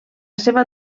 seva